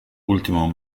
ultimo